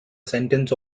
sentence